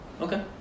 okay